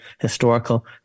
historical